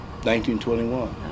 1921